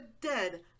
dead